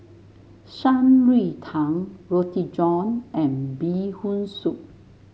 Shan Rui Tang Roti John and Bee Hoon Soup